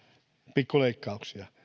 pikkuleikkauksia